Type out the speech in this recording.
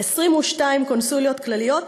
22 קונסוליות כלליות,